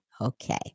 Okay